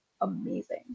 amazing